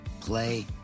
play